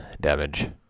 damage